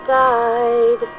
died